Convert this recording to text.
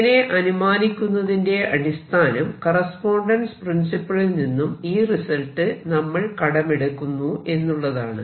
ഇങ്ങനെ അനുമാനിക്കുന്നതിന്റെ അടിസ്ഥാനം കറസ്പോണ്ടൻസ് പ്രിൻസിപ്പിളിൽ നിന്നും ഈ റിസൾട്ട് നമ്മൾ കടമെടുക്കുന്നു എന്നുള്ളതാണ്